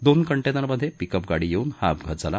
दोन कंटेनरमध्ये पिकअप गाडी येऊन हा अपघात झाला